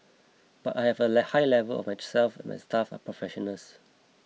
but I have a high level of trust that my staff are professionals